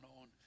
on